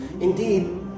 Indeed